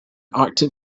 arctic